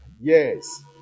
Yes